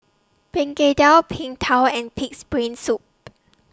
Begedil Png Tao and Pig'S Brain Soup